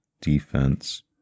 defense